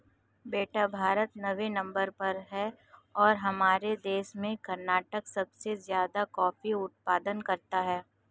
बेटा भारत नौवें नंबर पर है और हमारे देश में कर्नाटक सबसे ज्यादा कॉफी उत्पादन करता है